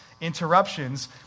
interruptions